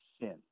sin